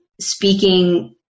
speaking